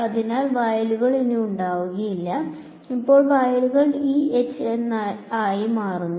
അതിനാൽ വയലുകൾ ഇനി ഉണ്ടാകില്ല ഇപ്പോൾ വയലുകൾ E H ആയി മാറും